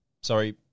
Sorry